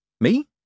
Me